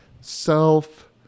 self